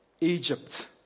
Egypt